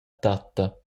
tatta